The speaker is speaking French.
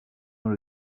dans